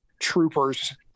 troopers